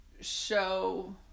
show